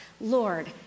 Lord